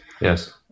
Yes